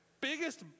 biggest